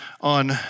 on